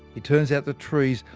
it turns out that trees,